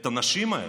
את הנשים האלה.